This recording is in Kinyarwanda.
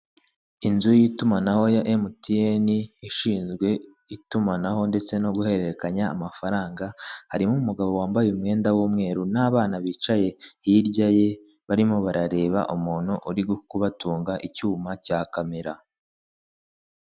Inzu y'itumanaho ya MTN ishinzwe itumanaho ndetse no guhererekanya amafaranga, harimo umugabo wambaye umwenda w'umweru n'abana bicaye hirya ye barimo barareba umuntu uri kubatunga icyuma cya kamera.